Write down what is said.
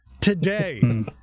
today